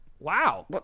Wow